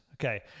Okay